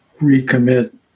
recommit